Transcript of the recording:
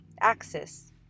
axis